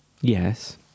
Yes